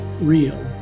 real